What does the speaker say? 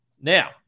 Now